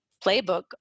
playbook